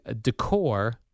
decor